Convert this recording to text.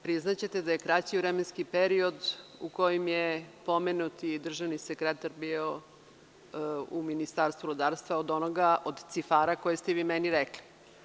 Priznaćete da je kraći vremenski period u kojem je pomenuti državni sekretar bio u Ministarstvu rudarstva od onoga, od cifara koje ste vi meni rekli.